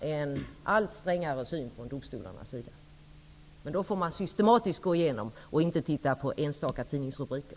Det genomsyrar ju sedan rakt igenom. Men då får man gå igenom detta systematiskt och inte titta på enstaka tidningsrubriker.